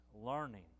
learning